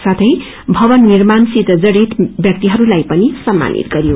साथै भवन निर्माण सित जड़ित व्याक्तिहरूलाई पनि सम्मानित गरियो